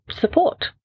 support